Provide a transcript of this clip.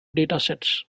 datasets